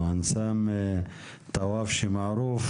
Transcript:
אנסאם טופאשי מערוף,